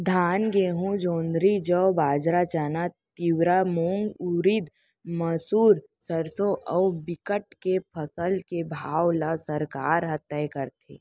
धान, गहूँ, जोंधरी, जौ, बाजरा, चना, तिंवरा, मूंग, उरिद, मसूर, सरसो अउ बिकट के फसल के भाव ल सरकार ह तय करथे